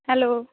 hello